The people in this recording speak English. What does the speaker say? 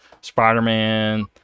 Spider-Man